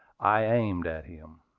i aimed at him.